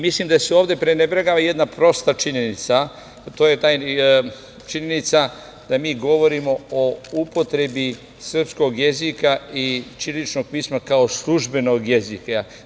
Mislim da se ovde prenebregava jedna prosta činjenica, a to je ta činjenica da mi govorimo o upotrebi srpskog jezika i ćiriličnog pisma kao službenog jezika.